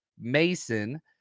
Mason